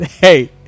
hey